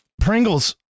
Pringles